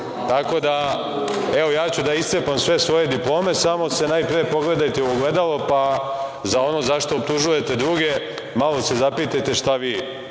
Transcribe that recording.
u Moskvi. Ja ću da iscepam sve svoje diplome, samo se najpre pogledajte u ogledalo, pa za ono za šta optužujete druge, malo se zapitajte šta vi